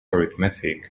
arithmetic